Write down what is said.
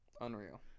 Unreal